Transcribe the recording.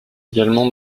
également